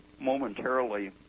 momentarily